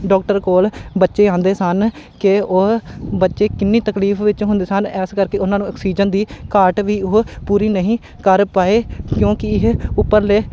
doctor ਕੋਲ ਬੱਚੇ ਆਉਂਦੇ ਸਨ ਕਿ ਉਹ ਬੱਚੇ ਕਿੰਨੀ ਤਕਲੀਫ ਵਿੱਚ ਹੁੰਦੇ ਸਨ ਇਸ ਕਰਕੇ ਉਹਨਾਂ ਨੂੰ ਆਕਸੀਜਨ ਦੀ ਘਾਟ ਵੀ ਉਹ ਪੂਰੀ ਨਹੀਂ ਕਰ ਪਾਏ ਕਿਉਂਕਿ ਇਹ ਉੱਪਰਲੇ